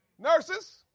Nurses